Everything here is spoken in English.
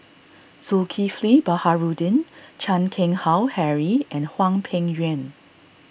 Zulkifli Baharudin Chan Keng Howe Harry and Hwang Peng Yuan